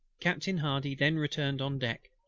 captain hardy then returned on deck,